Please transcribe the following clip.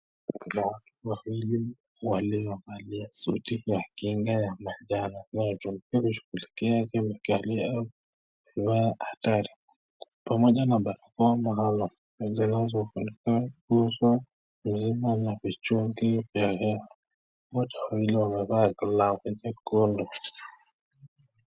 Bismillahirrahmanirrahim wa leo hali zote za kinga majaribu na ugonjwa kushukia mikali au wa hatari. Pamoja na barabara mbalimbali mwenzenu ufundikaji huzo mzima na vitu vingi vya heri. Muda huo ili uweze kulala kwenye kodi kwa.